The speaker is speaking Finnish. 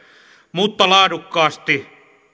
mutta laadukkaasti